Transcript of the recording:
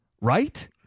Right